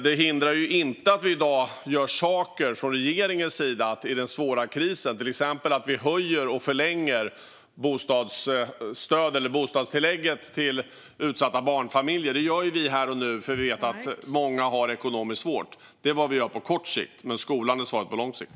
Det hindrar inte att vi från regeringens sida i dag gör saker i den svåra krisen, till exempel att vi höjer och förlänger bostadstillägget till utsatta barnfamiljer. Det gör vi här och nu, eftersom vi vet att många har det ekonomiskt svårt. Det är vad vi gör på kort sikt, men skolan är svaret på lång sikt.